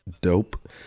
dope